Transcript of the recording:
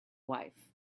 wife